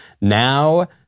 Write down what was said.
Now